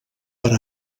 per